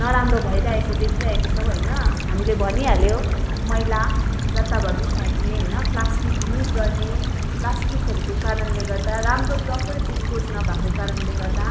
नराम्रो भइरहेको देखिरहेको छौँ हैन हामीले भनिहाल्यो मैला जताभावी फ्याँक्ने होइन प्लास्टिक युज गर्ने प्लास्टिकहरूको कारणले गर्दा राम्रो प्रपर डिस्पोज नभएको कारणले गर्दा